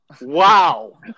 Wow